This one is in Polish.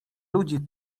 ludzi